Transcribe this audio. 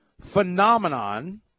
phenomenon